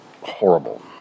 horrible